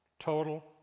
total